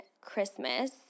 Christmas